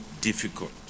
difficult